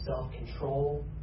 self-control